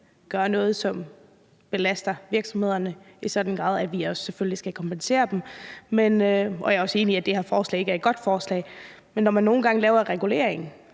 gør noget, som belaster virksomhederne i en sådan grad, at vi selvfølgelig også skal kompensere dem. Og jeg er også enig i, at det her forslag ikke er et godt forslag. Men når man nogle gange laver regulering,